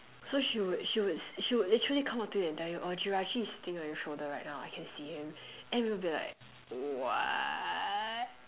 so she would she would she would actually come up to you and tell you oh jirachi is sitting on your shoulder right now I can see him and I'll be like what